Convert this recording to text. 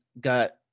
got